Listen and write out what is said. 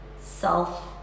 self